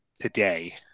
today